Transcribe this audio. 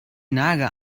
nager